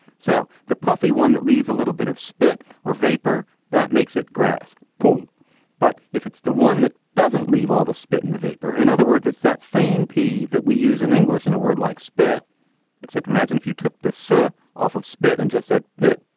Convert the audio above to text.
so the puffy one that leaves a little bit of spit or vapor that makes it grass pool but if it's the one that doesn't leave all the spit in the vapor. in other words it's that same pea that we use in english and a word like spit except imagine if you took the sur off of spit and just said pit.